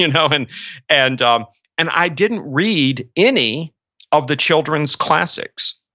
and um and and um and i didn't read any of the children's classics.